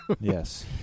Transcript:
yes